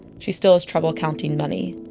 she still has trouble counting money.